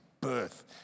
birth